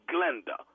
Glenda